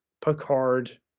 Picard